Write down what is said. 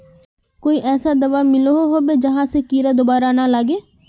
कोई ऐसा दाबा मिलोहो होबे जहा से दोबारा कीड़ा ना लागे?